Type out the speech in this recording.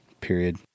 Period